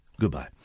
Goodbye